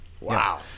Wow